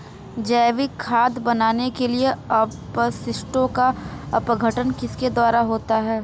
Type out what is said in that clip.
जैविक खाद बनाने के लिए अपशिष्टों का अपघटन किसके द्वारा होता है?